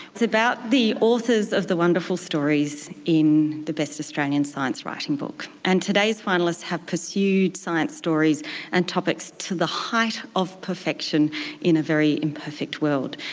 it's about the authors of the wonderful stories in the best australian science writing book. and today's finalists have pursued science stories and topics to the height of perfection in a very imperfect world.